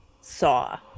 saw